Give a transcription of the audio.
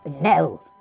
No